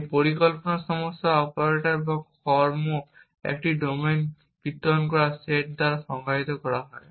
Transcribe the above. একটি পরিকল্পনা সমস্যা অপারেটর বা কর্ম একটি ডোমেন বিবরণ একটি সেট দ্বারা সংজ্ঞায়িত করা হয়